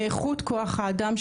מאיכות כוח האדם,